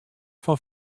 fan